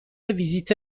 ویزیت